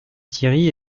thierry